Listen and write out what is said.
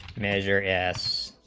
measure s